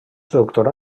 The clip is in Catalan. doctorà